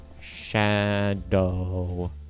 Shadow